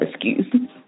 excuse